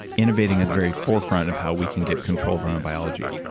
innovating at the very forefront of how we can get control of our own biology,